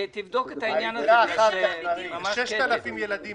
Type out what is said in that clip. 6,000 ילדים,